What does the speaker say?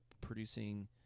producing